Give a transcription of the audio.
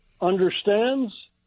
understands